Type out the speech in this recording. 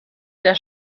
der